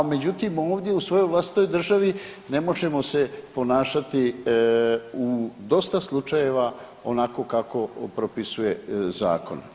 Međutim, ovdje u svojoj vlastitoj državi ne možemo se ponašati u dosta slučajeva onako kako propisuje zakon.